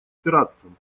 пиратством